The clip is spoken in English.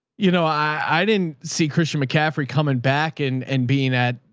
you know, i, i didn't see christian mccaffrey coming back and and being at,